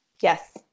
Yes